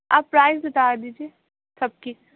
آپ پرائز بتا دیجیے سب کی